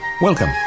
Welcome